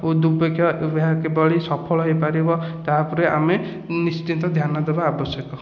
ଓ ଦୁର୍ଭିକ୍ଷ ଏହା କିଭଳି ସଫଳ ହୋଇପାରିବ ତା ଉପରେ ନିଶ୍ଚିନ୍ତ ଧ୍ୟାନ ଦେବା ଆବଶ୍ୟକ